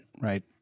right